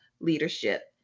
leadership